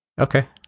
Okay